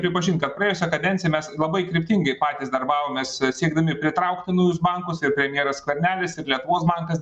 pripažint kad praėjusią kadenciją mes labai kryptingai patys darbavomės siekdami pritraukti naujus bankus ir premjeras skvernelis ir lietuvos bankas